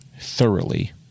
thoroughly